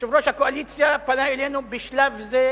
ויושב-ראש הקואליציה פנה אלינו: בשלב זה,